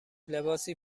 لباسی